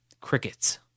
Crickets